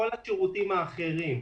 אורלי,